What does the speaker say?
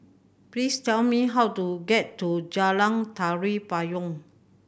please tell me how to get to Jalan Tari Payong